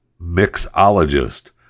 mixologist